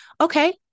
Okay